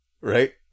Right